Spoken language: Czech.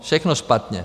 Všechno špatně.